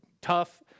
tough